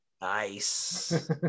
nice